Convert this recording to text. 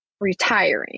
retiring